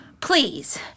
Please